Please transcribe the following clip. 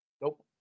Nope